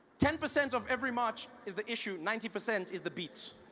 ten percent of every march is the issue ninety percent is the beat